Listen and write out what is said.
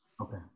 Okay